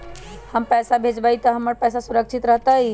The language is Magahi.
हम पैसा भेजबई तो हमर पैसा सुरक्षित रहतई?